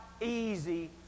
easy